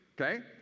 okay